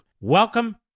Welcome